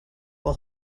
will